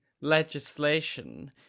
legislation